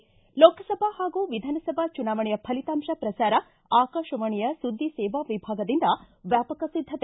ಿ ಲೋಕಸಭಾ ಹಾಗೂ ವಿಧಾನಸಭಾ ಚುನಾವಣೆಯ ಫಲಿತಾಂತ ಪ್ರಸಾರ ಆಕಾಶವಾಣಿಯ ಸುದ್ದಿ ಸೇವಾ ವಿಭಾಗದಿಂದ ವ್ಲಾಪಕ ಸಿದ್ದತೆ